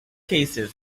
cases